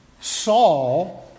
Saul